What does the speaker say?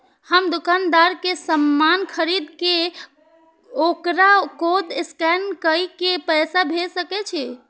हम दुकानदार के समान खरीद के वकरा कोड स्कैन काय के पैसा भेज सके छिए?